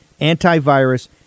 antivirus